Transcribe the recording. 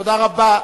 תודה רבה.